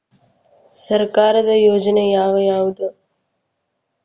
ಸರ್ಕಾರದ ಯೋಜನೆ ಯಾವ್ ಯಾವ್ದ್?